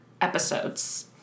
episodes